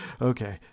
okay